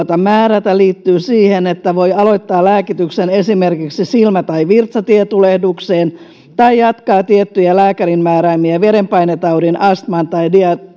määrätä liittyvät siihen että voi aloittaa lääkityksen esimerkiksi silmä tai virtsatietulehdukseen tai jatkaa tiettyjä lääkärin määräämiä verenpainetaudin astman tai